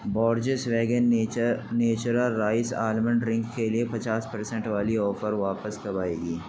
Borges vegan nature Natura rice almond drink کے لیے پچاس پرسینٹ والی آفر واپس کب آئے گی